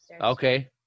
okay